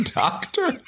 doctor